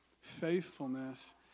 faithfulness